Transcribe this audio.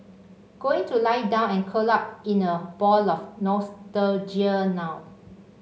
going to lie down and curl up in a ball of nostalgia now